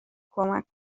کمک